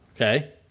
Okay